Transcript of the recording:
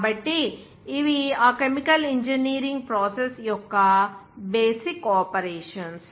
కాబట్టి ఇవి ఆ కెమికల్ ఇంజనీరింగ్ ప్రాసెస్ యొక్క బేసిక్ ఆపరేషన్స్